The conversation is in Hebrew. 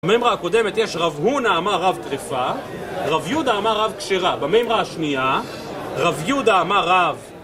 במימרה הקודמת יש רב הונה אמר רב טריפה, רב יהודה אמר רב כשירה, בממרה השנייה רב יהודה אמר רב